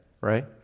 right